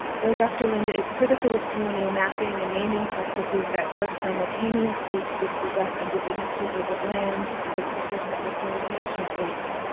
though dr. linda is critical in colonial mapping and naming practices that work simultaneously to dispossess indigenous peoples of land, and establish settler colonial nation states,